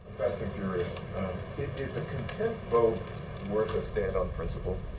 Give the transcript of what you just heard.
fast and furious is the contempt vote worth a stand on principle?